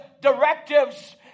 directives